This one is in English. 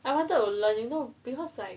I wanted to learn you know because like